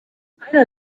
einer